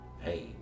hey